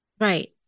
Right